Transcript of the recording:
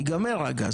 ייגמר הגז,